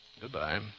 Goodbye